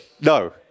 No